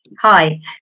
Hi